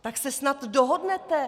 Tak se snad dohodnete?